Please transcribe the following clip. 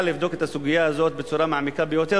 לבדוק את הסוגיה הזאת בצורה מעמיקה ביותר,